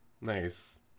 nice